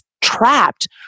trapped